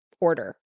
order